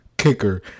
Kicker